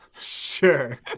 Sure